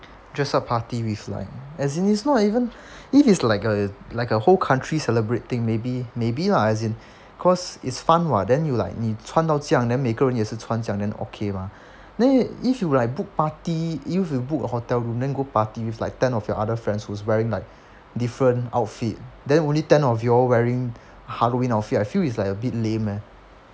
just a party with like as in it's not even if is like a like a whole country celebrate thing maybe maybe lah as in cause it's fun [what] then you like 你穿到这样 then 每个人也是穿这样 then okay mah then if you like book party if you book a hotel room then go party with like ten of your other friends who's wearing like different outfit then only ten of you all wearing halloween outfit I feel it's like a bit lame eh